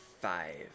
five